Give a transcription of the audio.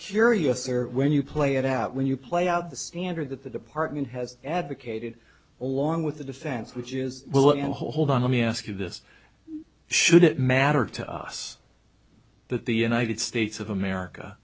curiouser when you play it out when you play out the standard that the department has advocated along with the defense which is well let me hold on let me ask you this should it matter to us that the united states of america